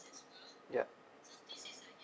ya